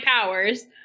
powers